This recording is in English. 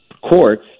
courts